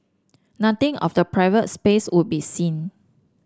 nothing of the private space would be seen